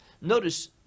notice